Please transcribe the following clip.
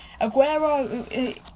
Aguero